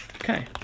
Okay